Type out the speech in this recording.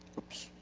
oops,